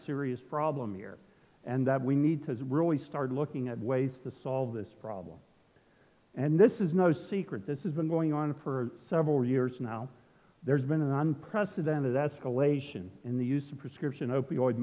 serious problem here and that we need to really start looking at ways to solve this problem and this is no secret this is been going on for several years now there's been an unprecedented escalation in the use of prescription opi